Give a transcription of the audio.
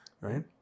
right